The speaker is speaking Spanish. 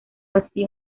así